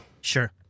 sure